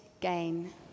gain